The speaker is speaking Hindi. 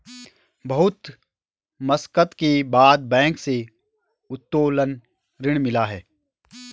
बहुत मशक्कत के बाद बैंक से उत्तोलन ऋण मिला है